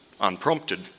unprompted